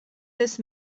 this